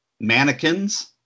mannequins